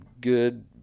good